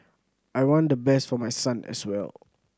I want the best for my son as well